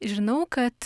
žinau kad